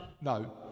No